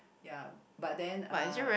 ya but then uh